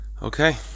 Okay